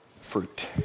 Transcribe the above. fruit